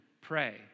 pray